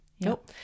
Nope